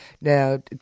Now